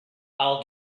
i’ll